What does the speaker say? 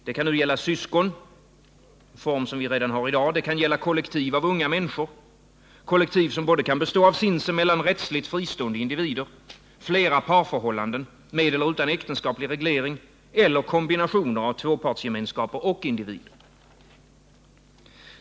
Det kan gälla syskon —-en form som vi redan har i dag — det kan gälla kollektiv av unga människor, kollektiv som kan bestå av sinsemellan rättsligt fristående individer, flera parförhållanden med eller utan äktenskaplig reglering eller kombinationer av tvåpartsgemenskaper och individer.